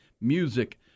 Music